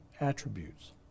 attributes